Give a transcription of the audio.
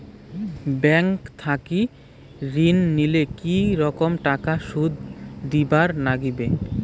Bank থাকি ঋণ নিলে কি রকম টাকা সুদ দিবার নাগিবে?